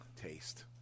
taste